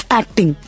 acting